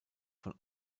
von